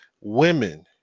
women